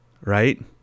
right